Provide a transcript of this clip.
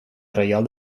reial